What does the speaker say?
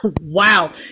Wow